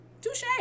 Touche